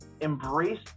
embrace